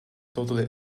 totally